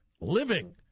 living